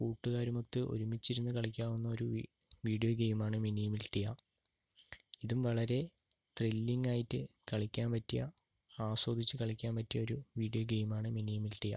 കൂട്ടുകാരുമൊത്ത് ഒരുമിച്ചിരുന്ന് കളിക്കാവുന്ന ഒരു വി വീഡിയോ ഗെയിമാണ് മിനി മിൾട്ടിയ ഇതും വളരെ ത്രില്ലിംഗ് ആയിട്ട് കളിക്കാൻ പറ്റിയ ആസ്വദിച്ച് കളിയ്ക്കാൻ പറ്റിയ ഒരു വീഡിയോ ഗെയിമാണ് മിനി മിൾട്ടിയ